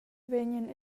vegnan